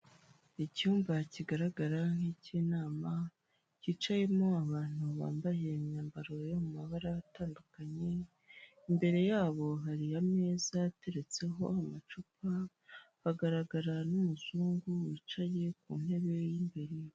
Icyumba kigaragara nk'icy'inama cyicayemo abantu bambaye imyambaro yo mabara atandukanye, imbere yabo hari ameza ateretseho amacupa, hagaragara n'umuzungu wicaye ku ntebe y'imbere.